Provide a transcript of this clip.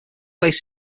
based